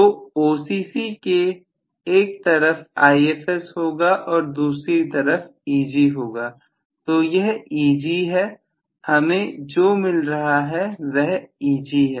तो OCC के एक तरफ Ifs होगा और दूसरी तरफ Eg होगा तो यह Eg है हमें जो यहां मिल रहा है वह Eg है